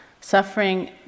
Suffering